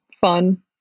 fun